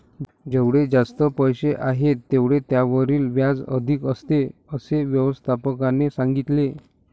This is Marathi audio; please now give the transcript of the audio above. जेवढे जास्त पैसे आहेत, तेवढे त्यावरील व्याज अधिक असते, असे व्यवस्थापकाने सांगितले